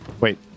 Wait